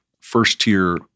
first-tier